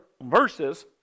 verses